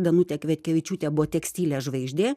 danutė kvietkevičiūtė buvo tekstilės žvaigždė